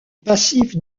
passif